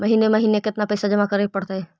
महिने महिने केतना पैसा जमा करे पड़तै?